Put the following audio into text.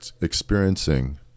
experiencing